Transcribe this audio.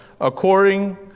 according